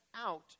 out